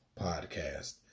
podcast